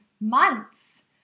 months